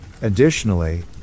Additionally